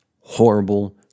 horrible